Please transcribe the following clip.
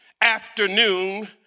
afternoon